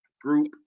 group